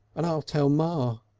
and i'll tell ma.